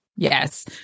Yes